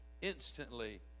Instantly